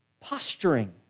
posturing